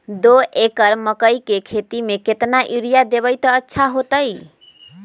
दो एकड़ मकई के खेती म केतना यूरिया देब त अच्छा होतई?